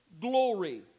glory